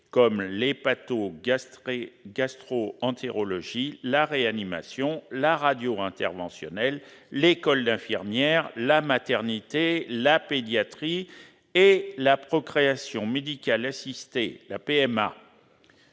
que l'hépato-gastroentérologie, la réanimation, la radio interventionnelle, l'école d'infirmières, la maternité, la pédiatrie et la procréation médicale assistée- on est